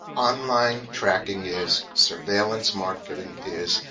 online tracking is, surveillance marketing is,